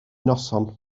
noson